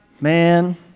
man